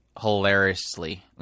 hilariously